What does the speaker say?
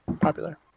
popular